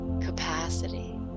capacity